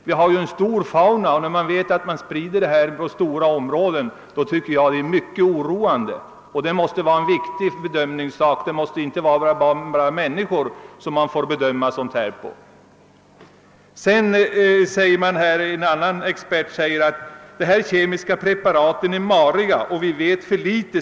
Vi har ju en stor och rik fauna, och det är mycket oroande för denna att dessa gifter sprids över stora områden. Vi får inte bedöma saken bara med utgångspunkt i hur dessa gifter påverkar människor. Låt mig citera ytterligare en expert. Han säger: »De här kemiska preparaten är mariga och vi vet för lite.